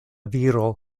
viro